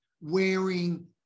wearing